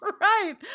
Right